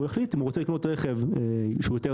וכך הוא יחליט אם הוא רוצה לקנות רכב שהוא